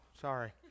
sorry